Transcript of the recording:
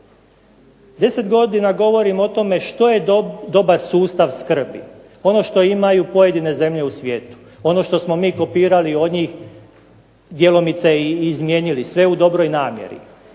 10 godina govorim o tome što je dobar sustav skrbi, ono što imaju pojedine zemlje u svijetu, ono što smo mi kopirali od njih, djelomice i izmijenili, sve u dobroj namjeri.